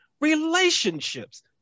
relationships